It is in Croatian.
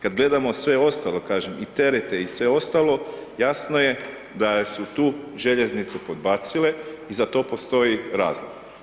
Kad gledamo sve ostale, kažem i terete i sve ostalo, jasno je da su tu željeznice podbacile i za to postoji razlog.